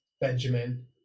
Benjamin